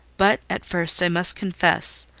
but at first i must confess,